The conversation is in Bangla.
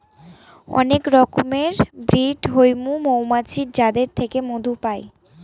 অনেক রকমের ব্রিড হৈমু মৌমাছির যাদের থেকে মধু পাই